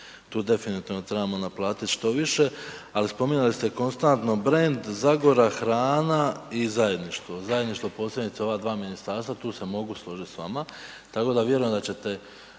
tu definitivno trebamo naplati što više. Ali spominjali ste konstantno brend, Zagora, hrana i zajedništvo, zajedništvo posebice u ova dva ministarstva tu se mogu složit s vama. Tako da vjerujem da ćete